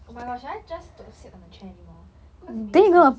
oh my gosh should I just d~ sit on the chair anymore because it's making so much sound